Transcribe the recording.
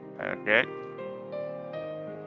Okay